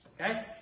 Okay